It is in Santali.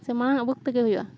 ᱥᱮ ᱢᱟᱲᱟᱝ ᱟᱜ ᱵᱩᱠ ᱛᱮᱜᱮ ᱦᱩᱭᱩᱜᱼᱟ